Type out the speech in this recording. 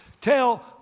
Tell